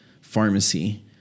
pharmacy